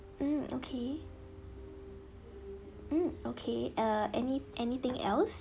um okay um okay uh any anything else